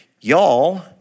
y'all